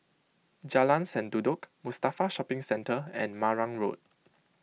Jalan Sendudok Mustafa Shopping Centre and Marang Road